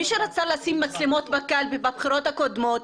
מי שרצה לשים מצלמות בקלפי בבחירות הקודמות,